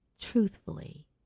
truthfully